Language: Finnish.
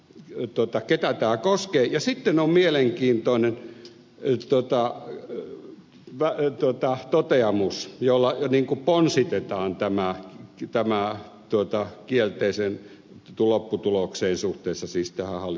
tieto tai ketä tämä koskee ja sitten on mielenkiintoinen toteamus jolla niin kuin ponsitetaan tämä kielteiseen lopputulokseen suhteessa syistä on